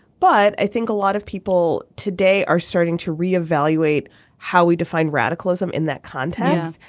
but i think a lot of people today are starting to re-evaluate how we define radicalism in that context.